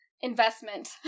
investment